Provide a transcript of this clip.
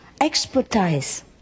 Expertise